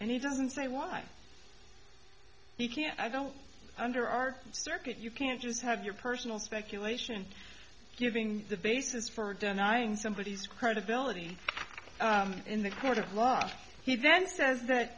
and he doesn't say why he can't i don't under our circuit you can just have your personal speculation giving the basis for denying somebodies credibility in the court of law he then says that